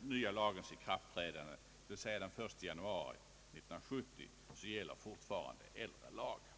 nya lagens ikraftträdande, d.v.s. före den 1 januari 1970. Men varför föreslås denna ordning?